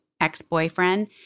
ex-boyfriend